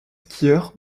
skieurs